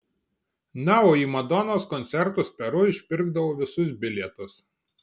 na o į madonos koncertus peru išpirkdavo visus bilietus